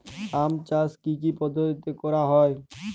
আম চাষ কি কি পদ্ধতিতে করা হয়?